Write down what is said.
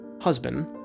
husband